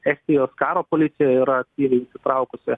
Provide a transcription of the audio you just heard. estijos karo policija yra aktyviai įsitraukusi